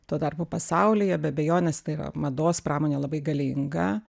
tuo tarpu pasaulyje be abejonės tai yra mados pramonė labai galinga